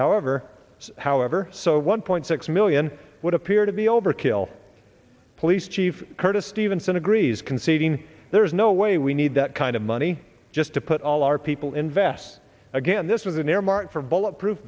however however so one point six million would appear to be overkill police chief curtis stephenson agrees conceding there is no way we need that kind of money just to put all our people invest again this was an earmark for bulletproof